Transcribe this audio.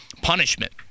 punishment